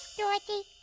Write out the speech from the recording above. dorothy.